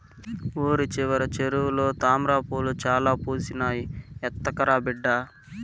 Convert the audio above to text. ఊరి చివర చెరువులో తామ్రపూలు చాలా పూసినాయి, ఎత్తకరా బిడ్డా